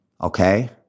Okay